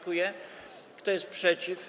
Kto jest przeciw?